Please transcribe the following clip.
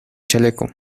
chaleco